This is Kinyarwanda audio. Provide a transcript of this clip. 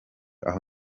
aho